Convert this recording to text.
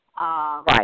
Right